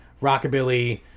rockabilly